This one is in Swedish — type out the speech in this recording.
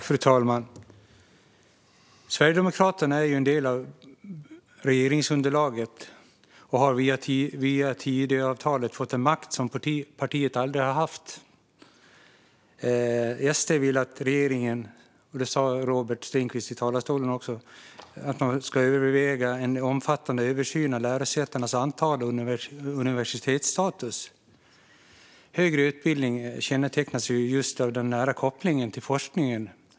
Fru talman! Sverigedemokraterna är en del av regeringsunderlaget och har via Tidöavtalet fått en makt som partiet aldrig tidigare har haft. SD vill att regeringen ska överväga en omfattande översyn av lärosätenas antal och universitetsstatus. Det sa han här i talarstolen också. Högre utbildning kännetecknas just av den nära kopplingen till forskningen.